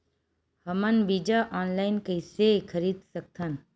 हमन बीजा ऑनलाइन कइसे खरीद सकथन?